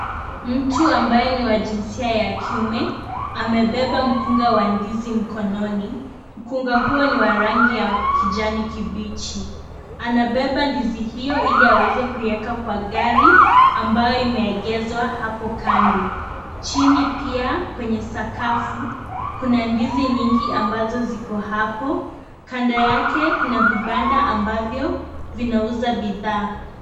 Mtu ambaye ni wa jinsia ya kiume amebeba mkunga wa ndizi mkononi. Mkungu huo ni wa rangi ya kijani kibichi. Anabeba ndizi hiyo Ili aweze kuiweka kwa gari ambayo imeegeshwa hapo kando. Chini pia kwenye sakafu Kuna ndizi nyingi ambazo ziko hapo. Kando yake Kuna vibanda ambavyo vinauza bidhaa